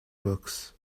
books